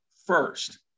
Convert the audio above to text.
First